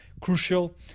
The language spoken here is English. crucial